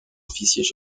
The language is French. officiers